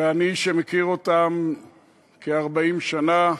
ואני, שמכיר אותם כ-40 שנה,